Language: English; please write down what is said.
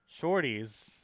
shorties